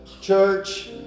church